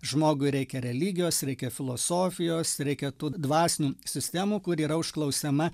žmogui reikia religijos reikia filosofijos reikia tų dvasinių sistemų kur yra užklausiama